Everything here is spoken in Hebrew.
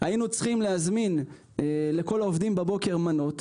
היינו צריכים להזמין לכל העובדים בבוקר מנות.